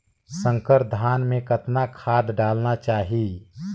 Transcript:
संकर धान मे कतना खाद डालना चाही?